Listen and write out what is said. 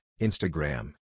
Instagram